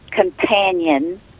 companion